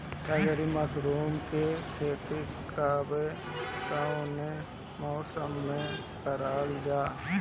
ढीघरी मशरूम के खेती कवने मौसम में करल जा?